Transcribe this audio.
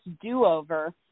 do-over